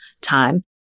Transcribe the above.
time